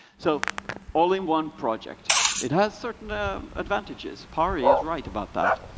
so only one project it has certain ah advantages. pari is right about that.